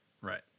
Right